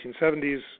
1970s